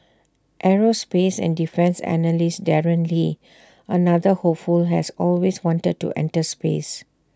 aerospace and defence analyst Darren lee another hopeful has always wanted to enter space